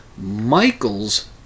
Michael's